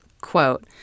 Quote